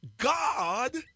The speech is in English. God